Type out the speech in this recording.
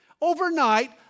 Overnight